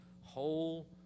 whole